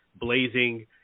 Blazing